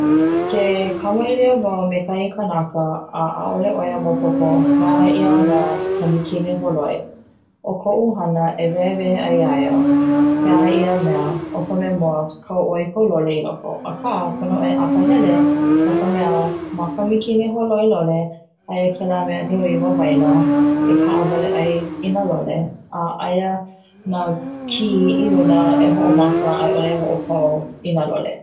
Ke kamaʻilio wau me kahi kanaka a ʻaʻole ʻo ia maopopo he aha ia mea ka mikini hōloi o koʻu hana e wehewehe ai ia ia he aha ia mea o ka mea mua kau ʻoe i kau lole i loko aka pono ʻoe e akahele no ka mea ma ka mikini hōloi lole aia kela mea nui ma waena e kaʻawale ai i nā lole a aia na kī e hoʻomaka ʻaiʻole hoʻopau inā lole.